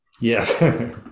Yes